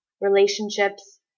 relationships